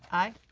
aye.